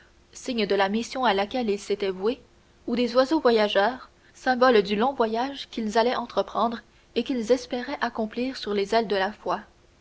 signe de la mission à la quelle ils s'étaient voués ou des oiseaux voyageurs symbole du long voyage qu'ils allaient entreprendre et qu'ils espéraient accomplir sur les ailes de la foi